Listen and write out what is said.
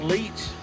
Leach